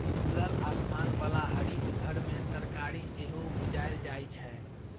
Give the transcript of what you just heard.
खुलल आसमान बला हरित घर मे तरकारी सेहो उपजाएल जाइ छै